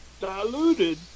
diluted